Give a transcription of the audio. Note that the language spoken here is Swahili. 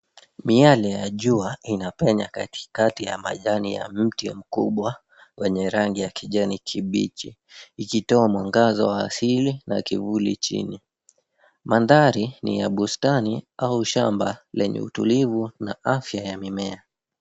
Miale ya jua inapenya katikati ya majani wa mti mkubwa wenye rangi ya kijani kibichi ikitoa mwangaza wa asili na kivuli chini. Mandhari ni ya bustani au shamba lenye utulivu na afya ya mimea.